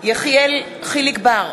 יחיאל חיליק בר,